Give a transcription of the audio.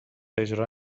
اجرا